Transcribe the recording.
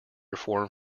reform